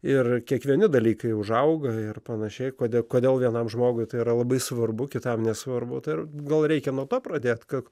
ir kiekvieni dalykai užauga ir panašiai kodėl kodėl vienam žmogui tai yra labai svarbu kitam nesvarbu ar gal reikia nuo to pradėt kad